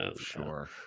sure